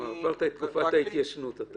עברת את תקופת ההתיישנות.